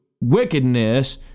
wickedness